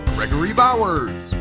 gregory bowers.